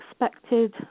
expected